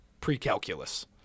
pre-calculus